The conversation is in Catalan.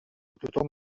tothom